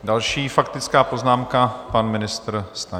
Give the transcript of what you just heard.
Další faktická poznámka pan ministr Stanjura.